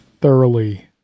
thoroughly